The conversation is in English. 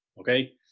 okay